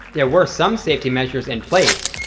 there were some safety measures in place,